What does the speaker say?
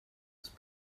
ist